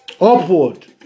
upward